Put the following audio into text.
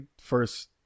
first